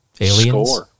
aliens